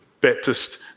Baptist